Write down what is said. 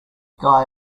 guy